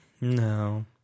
No